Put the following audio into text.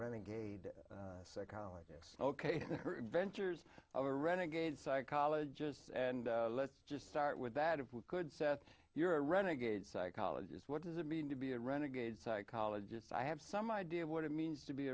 renegade psychologists ok ventures a renegade psychologist and let's just start with that if we could set you're a renegade psychologist what does it mean to be a renegade psychologists i have some idea of what it means to be